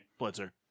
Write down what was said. Blitzer